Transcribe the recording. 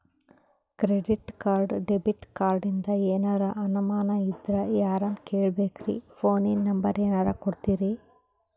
Credit card, debit ಕಾರ್ಡಿಂದ ಏನರ ಅನಮಾನ ಇದ್ರ ಯಾರನ್ ಕೇಳಬೇಕ್ರೀ, ಫೋನಿನ ನಂಬರ ಏನರ ಕೊಡ್ತೀರಿ?